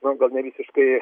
na gal nevisiškai